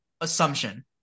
assumption